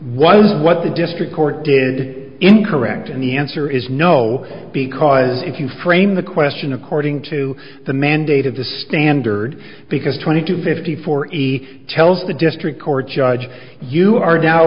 one what the district court did incorrect and the answer is no because if you frame the question according to the mandate of the standard because twenty to fifty four he tells the district court judge you are dow